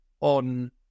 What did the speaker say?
on